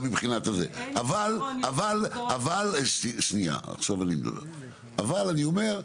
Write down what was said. אבל אני אומר,